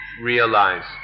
realize